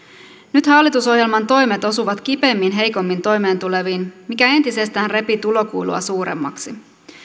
nyt hallitusohjelman toimet osuvat kipeimmin heikommin toimeentuleviin mikä entisestään repii tulokuilua suuremmaksi